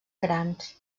grans